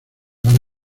van